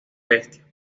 bestia